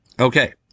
Okay